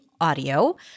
audio